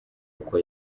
uko